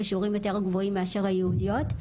בשיעורים יותר גבוהים מאשר היהודיות.